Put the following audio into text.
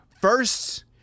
first